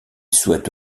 souhaite